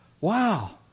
Wow